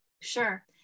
sure